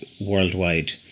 worldwide